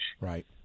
Right